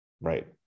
right